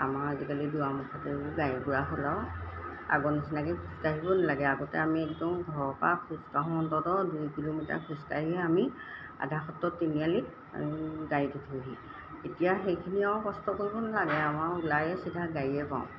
আমাৰ আজিকালি দুৱাৰ মুখতে গাড়ী গুৰা হ'ল আৰু আগৰ নিচিনাকৈ খোজকাঢ়িবও নালাগে আগতে আমি একদম ঘৰৰপৰা খোজকাঢ়োঁ অন্ততঃ দুই কিলোমিটাৰ খোজকাঢ়ি আমি আধাসত্ৰত তিনিআলিত গাড়ীত উঠোঁহি এতিয়া সেইখিনি আৰু কষ্ট কৰিব নালাগে আমাৰ ওলায়ে চিধা গাড়ীয়ে পাওঁ